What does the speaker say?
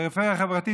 פריפריה חברתית,